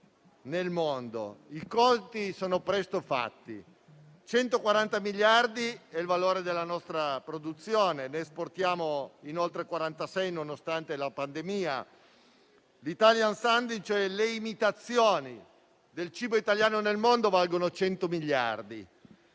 nel mondo? I conti sono presto fatti. 140 miliardi è il valore della nostra produzione ed esportiamo per 46 miliardi, nonostante la pandemia. L'*italian sounding*, le imitazioni del cibo italiano nel mondo, valgono 100 miliardi.